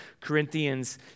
Corinthians